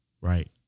right